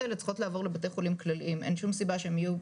אם אתה יכל רק,